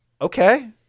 okay